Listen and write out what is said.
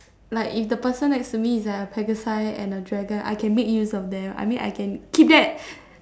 like if the person next to me is a pegasi and dragon I can make use of them I mean I can keep that